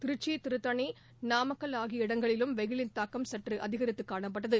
திருச்சி திருத்தனி நாமக்கல் ஆகிய இடங்களிலும் வெயிலின் தாக்கம் சற்று அதிகரித்து காணப்பட்டது